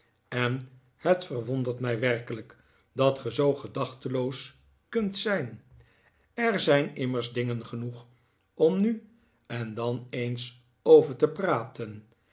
en het verwondert mij werkelijk dat ge zoo gedachteloos kunt zijn er zijn immers dingen genoeg om nu en dan eens over te praten